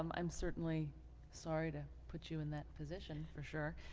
um i'm certainly sorry to put you in that position for sure